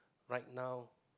right now